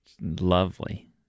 lovely